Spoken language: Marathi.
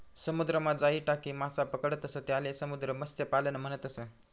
समुद्रमा जाई टाकी मासा पकडतंस त्याले समुद्र मत्स्यपालन म्हणतस